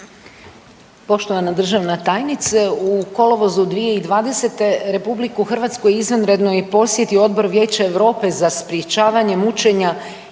Poštovana državna tajnice, u kolovozu 2020. RH izvanredno je posjetio Odbor Vijeća Europe za sprječavanje mučenja